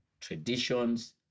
traditions